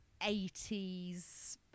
80s